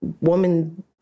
woman